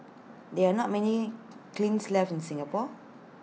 there are not many clings left in Singapore